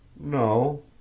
No